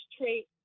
trait